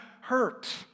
hurt